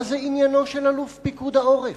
מה זה עניינו של אלוף פיקוד העורף?